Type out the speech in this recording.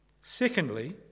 Secondly